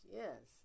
yes